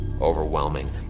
overwhelming